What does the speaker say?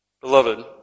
Beloved